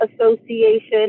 association